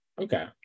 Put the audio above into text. Okay